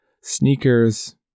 sneakers